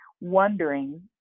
wondering